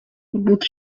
but